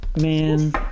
Man